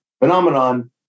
phenomenon